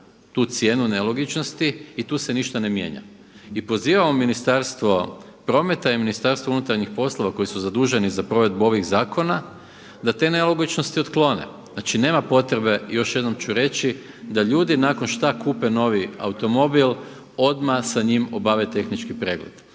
tu cijenu nelogičnosti i tu se ništa ne mijenja. I pozivamo Ministarstvo prometa i Ministarstvo unutarnjih poslova koji su zaduženi za provedbu ovih zakona da te nelogičnosti otklone. Znači nema potrebe, još jednom ću reći da ljudi nakon što kupe novi automobil odmah sa njim obave tehnički pregled.